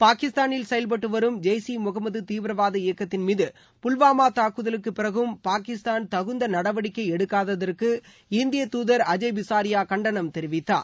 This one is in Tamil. பாகிஸ்தானில் செயல்பட்டுவரும் ஜெய்சி முகமது தீவிரவாத இயக்கத்தின் மீது புல்வாமா தாக்குதலுக்கு பிறகும் பாகிஸ்தான் தகுந்த நடவடிக்கை எடுக்காததற்கு இந்தியததுதர் அஜய் பிசாரியா கண்டணம் தெரிவித்தார்